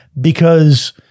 because-